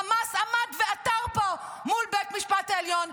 חמאס עמד ועתר פה מול בית המשפט העליון,